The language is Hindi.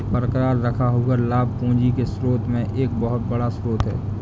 बरकरार रखा हुआ लाभ पूंजी के स्रोत में एक बहुत बड़ा स्रोत है